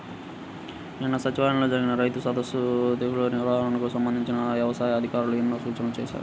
నిన్న సచివాలయంలో జరిగిన రైతు సదస్సులో తెగుల్ల నిర్వహణకు సంబంధించి యవసాయ అధికారులు ఎన్నో సూచనలు చేశారు